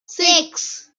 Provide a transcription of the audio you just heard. six